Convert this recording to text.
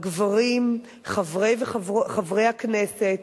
הגברים, חברי הכנסת,